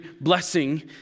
blessing